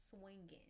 swinging